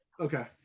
Okay